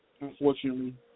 unfortunately